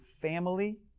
family